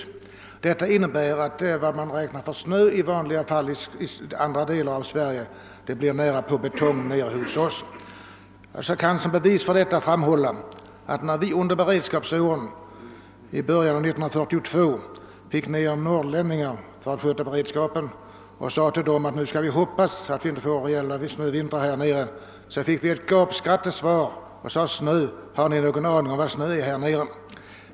I samband med snöfallet innebär detta att shömängder, som i andra delar av landet räknas som små, hos oss blir någonting som liknar betong. För att åskådliggöra detta kan jag tala om att vi i början av 1942 fick ned ett antal norrlänningar till oss som beredskapare, och då sade vi att nu skall vi hoppas att vi inte blir utsatta för några svårare snövintrar här nere. Då möttes vi av ett gapskratt, och norrlänningarna sade: Vad vet ni om snö här nere?